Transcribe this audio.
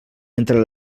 entre